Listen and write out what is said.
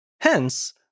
Hence